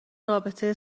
رابطه